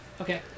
Okay